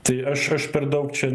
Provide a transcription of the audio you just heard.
tai aš aš per daug čia